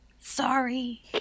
Sorry